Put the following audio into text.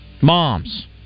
moms